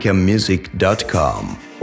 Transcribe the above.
music.com